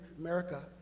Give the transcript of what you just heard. America